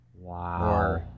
Wow